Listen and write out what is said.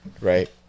right